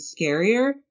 scarier